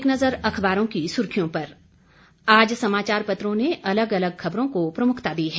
एक नज़र अखबारों की सुर्खियों पर आज समाचार पत्रों ने अलग अलग खबरों को प्रमुखता दी है